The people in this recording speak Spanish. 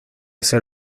hace